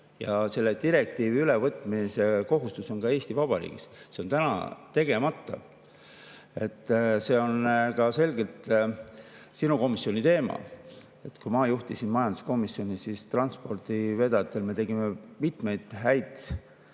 Ja selle direktiivi ülevõtmise kohustus on ka Eesti Vabariigil. See on seni tegemata. See on ka selgelt sinu komisjoni teema. Kui ma juhtisin majanduskomisjoni, siis transpordivedajatele me tegime mitmeid häid